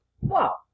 Wow